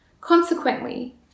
Consequently